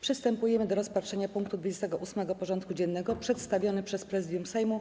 Przystępujemy do rozpatrzenia punktu 28. porządku dziennego: Przedstawiony przez Prezydium Sejmu